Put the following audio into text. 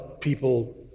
people